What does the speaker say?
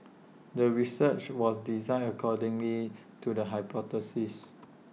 the research was designed according to the hypothesis